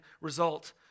result